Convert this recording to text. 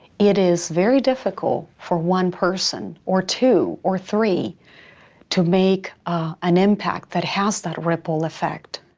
it is very difficult for one person or two or three to make an impact that has that ripple effect.